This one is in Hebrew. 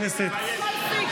בישראל אין אפליה.